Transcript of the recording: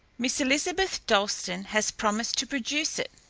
miss elizabeth dalstan has promised to produce it,